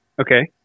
Okay